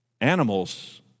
Animals